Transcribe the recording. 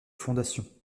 fondation